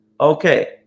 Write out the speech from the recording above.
okay